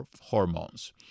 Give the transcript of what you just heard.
hormones